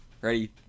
ready